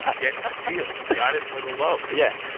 getting the deal. he got it for the low yeah.